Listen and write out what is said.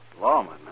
Lawman